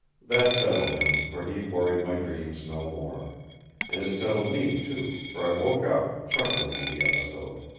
that settled him, for he worried my dreams no more and it settled me, too, for i woke up chuckling at the episode.